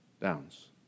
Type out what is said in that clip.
downs